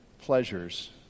pleasures